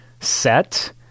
set